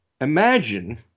imagine